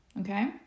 Okay